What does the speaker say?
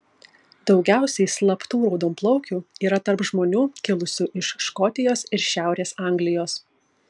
daugiausiai slaptų raudonplaukių yra tarp žmonių kilusių iš škotijos ir šiaurės anglijos